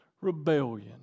rebellion